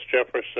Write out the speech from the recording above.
Jefferson